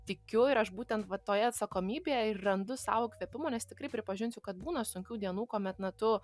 tikiu ir aš būtent va toje atsakomybėje ir randu sau įkvėpimo nes tikrai pripažinsiu kad būna sunkių dienų kuomet na tu